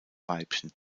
weibchen